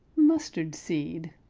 mustardseed.